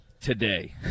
Today